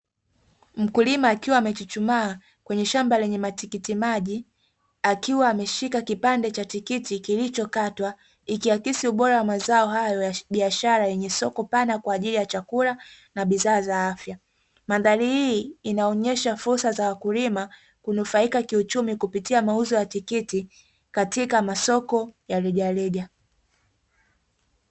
Mkulima akiwa amechuchumaa kwenye shamba lenye matikiti maji, akiwa ameshika kipande cha tikiti kilichokatwa, ikiakisi ubora wa mazao hayo ya biashara yenye soko pana kwa ajili ya chakula na bidhaa za afya. Mandhari hii inaonyesha fursa za wakulima kunufaika kiuchumi kupitia mauzo ya tikiti katika masoko ya rejareja.